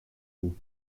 toe